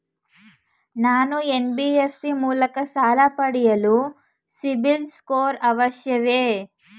ನಾನು ಎನ್.ಬಿ.ಎಫ್.ಸಿ ಮೂಲಕ ಸಾಲ ಪಡೆಯಲು ಸಿಬಿಲ್ ಸ್ಕೋರ್ ಅವಶ್ಯವೇ?